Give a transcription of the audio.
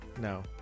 No